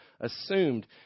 assumed